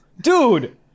Dude